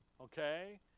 okay